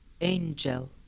Angel